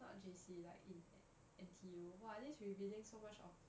not J_C like in N_T_U !wah! this revealing so much of